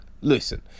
Listen